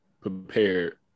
prepared